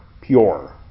pure